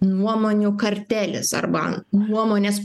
nuomonių kartelis arba nuomonės